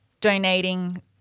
donating